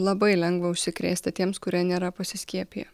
labai lengva užsikrėsti tiems kurie nėra pasiskiepiję